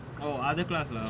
oh other class lah